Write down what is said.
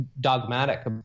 dogmatic